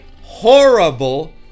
horrible